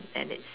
and it's